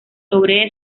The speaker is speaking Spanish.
sobre